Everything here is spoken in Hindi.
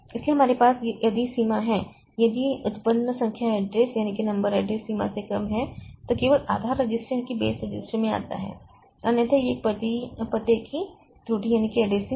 इसलिए हमारे पास यदि सीमा है यदि उत्पन्न संख्या एड्रेस सीमा से कम है तो केवल आधार रजिस्टर में आता है अन्यथा यह एक पते की त्रुटि है